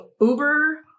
Uber